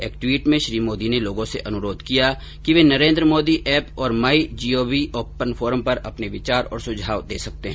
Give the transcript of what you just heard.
एक ट्वीट में श्री मोदी ने लोगों से अनुरोध किया है कि वे नरेन्द्र मोदी एप और my G O V open forum पर अपने विचार और सुझाव दे सकते हैं